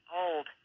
old